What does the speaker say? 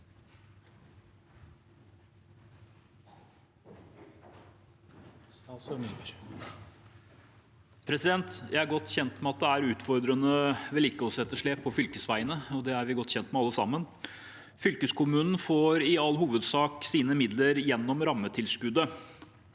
Jeg er godt kjent med at det er et utfordrende vedlikeholdsetterslep på fylkesveiene. Det er vi godt kjent med alle sammen. Fylkeskommunen får i all hovedsak sine midler gjennom rammetilskuddet.